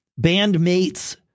bandmates